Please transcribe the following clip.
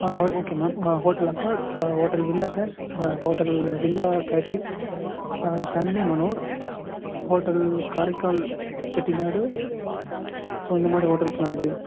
அது okay ma'am hotel Accord hotel villa cares hotel villa KP Sunway manor hotel Karaikal Chettinad so இந்தமாதிரி ஹோட்டல்ஸெலாம் இருக்குது